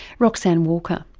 roxanne walker.